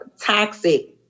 toxic